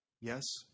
Yes